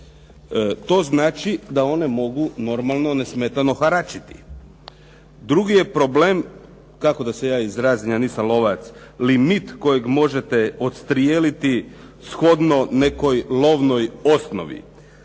To znači da one mogu normalno, nesmetano haračiti. Drugi je problem, kako da se ja izrazim, ja nisam lovac, limit kojeg možete odstrijeliti shodno nekoj lovnoj osnovi.